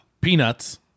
Peanuts